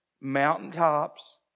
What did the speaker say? mountaintops